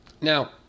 Now